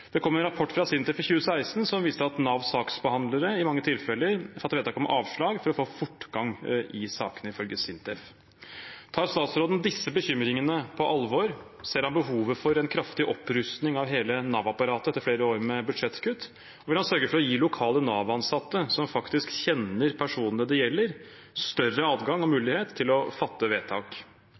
saksbehandlere i mange tilfeller fatter vedtak om avslag for å få fortgang i sakene, ifølge SINTEF. Tar statsråden disse bekymringene på alvor? Ser han behovet for en kraftig opprustning av hele Nav-apparatet etter flere år med budsjettkutt? Vil han sørge for å gi lokale Nav-ansatte, som faktisk kjenner personene det gjelder, større adgang og mulighet til å fatte vedtak?